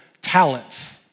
talents